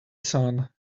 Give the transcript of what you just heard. son